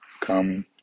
Come